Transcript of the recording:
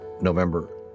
november